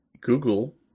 Google